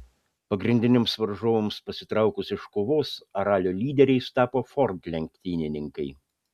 pagrindiniams varžovams pasitraukus iš kovos ralio lyderiais tapo ford lenktynininkai